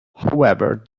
however